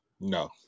no